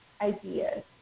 Ideas